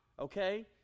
okay